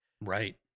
Right